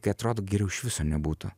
kai atrodo geriau iš viso nebūtų